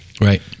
right